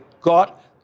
got